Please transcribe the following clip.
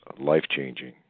life-changing